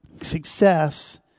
success